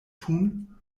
tun